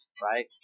Right